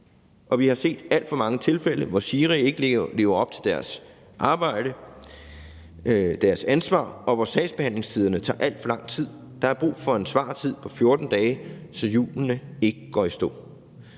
Vi har set alt for mange tilfælde, hvor SIRI ikke lever op til deres mål og ansvar, og hvor sagsbehandlingstiderne tager alt for lang tid. Der er brug for en svartid på 14 dage, så hjulene ikke går i stå.